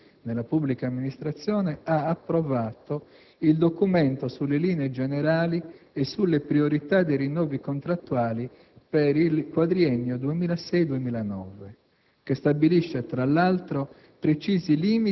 presieduto dal Ministro per le riforme e le innovazioni nella pubblica amministrazione, ha approvato il «Documento sulle linee generali e sulle priorità dei rinnovi contrattuali per il quadriennio 2006-2009»,